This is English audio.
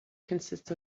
consists